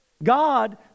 God